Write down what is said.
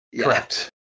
Correct